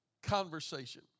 conversation